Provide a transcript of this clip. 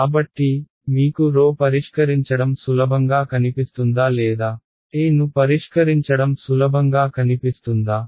కాబట్టి మీకు పరిష్కరించడం సులభంగా కనిపిస్తుందా లేదా a ను పరిష్కరించడం సులభంగా కనిపిస్తుందా